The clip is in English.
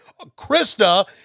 Krista